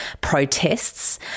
protests